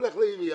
הולך לעירייה,